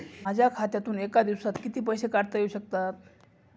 माझ्या खात्यातून एका दिवसात किती पैसे काढता येऊ शकतात?